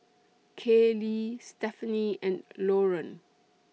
Kayleigh Stephaine and Loran